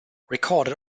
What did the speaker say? recorded